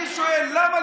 אני שואל: למה,